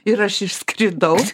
ir aš išskridau